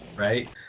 Right